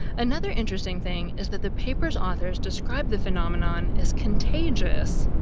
another interesting thing is that the paper's authors describe the phenomenon as contagious,